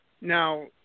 Now